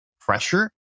pressure